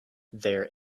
there